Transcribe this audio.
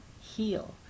heal